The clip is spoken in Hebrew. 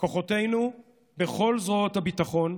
בכל זרועות הביטחון,